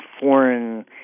foreign